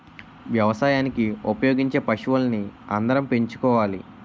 వ్యవసాయానికి ఉపయోగించే పశువుల్ని అందరం పెంచుకోవాలి